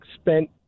spent